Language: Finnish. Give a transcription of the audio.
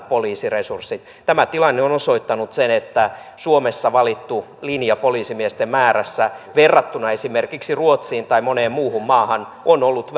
poliisiresurssit tämä tilanne on osoittanut sen että suomessa valittu linja poliisimiesten määrässä verrattuna esimerkiksi ruotsiin tai moneen muuhun maahan on ollut